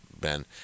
Ben